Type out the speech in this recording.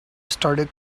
started